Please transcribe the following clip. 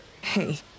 Hey